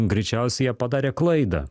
greičiausiai jie padarė klaidą